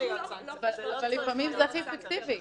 זה צריך להיות מדורג ולא סנקציה ראשונה.